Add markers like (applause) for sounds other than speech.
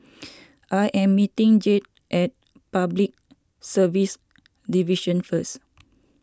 (noise) I am meeting Jed at Public Service Division first